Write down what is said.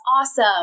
awesome